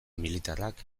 militarrak